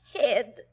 head